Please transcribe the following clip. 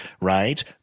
right